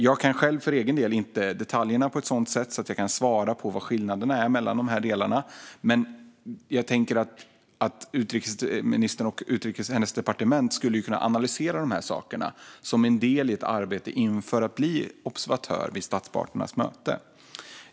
Jag kan för egen del inte detaljerna på ett sådant sätt att jag kan svara på vad skillnaderna är mellan de här delarna, men jag tänker att utrikesministern och hennes departement skulle kunna analysera de här sakerna som en del i arbetet inför att bli observatör vid statsparternas möte.